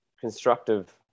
constructive